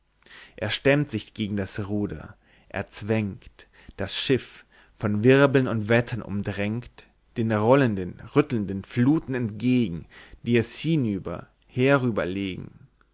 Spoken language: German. er stemmt sich gegen das ruder er zwängt das schiff von wirbeln und wettern umdrängt den rollenden rüttelnden fluthen entgegen die es